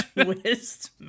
twist